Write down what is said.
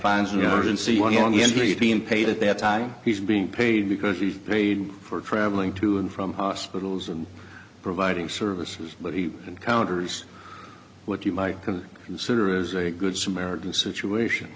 being paid at that time he's being paid because he's paid for travelling to and from hospitals and providing services but he encounters what you might can consider is a good samaritan situation